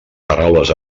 paraules